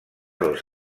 dos